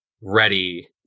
ready